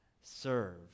serve